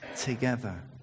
together